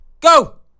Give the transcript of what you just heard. Go